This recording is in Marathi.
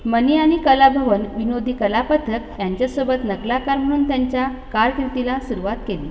मणी आणि कलाभवन विनोदी कलापथक यांच्यासोबत नकलाकार म्हणून त्यांच्या कारकिर्दीला सुरवात केली